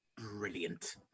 brilliant